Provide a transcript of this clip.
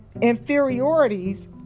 inferiorities